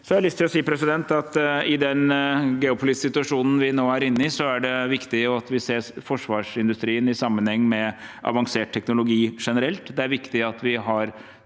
Så har jeg lyst til å si at i den geopolitiske situasjonen vi nå er inne i, er det viktig at vi ser forsvarsindustrien i sammenheng med avansert teknologi generelt. Det er viktig at vi har